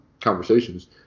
conversations